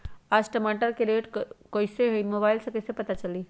आज टमाटर के रेट कईसे हैं मोबाईल से कईसे पता चली?